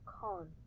Con